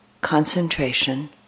concentration